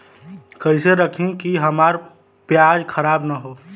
कइसे रखी कि हमार प्याज खराब न हो?